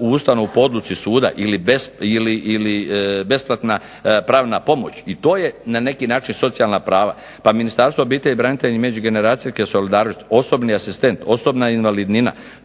ustanovu po odluci suda. Ili besplatna pravna pomoć. I to je na neki način socijalna prava. Pa Ministarstvo obitelji, branitelja i međugeneracijske solidarnosti, osobni asistent, osobna invalidnina,